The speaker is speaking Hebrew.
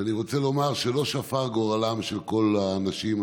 ואני רוצה לומר שלא שפר גורלם של כל האנשים,